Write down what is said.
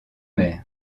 mer